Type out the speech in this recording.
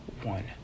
one